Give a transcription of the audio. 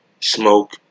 Smoke